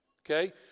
Okay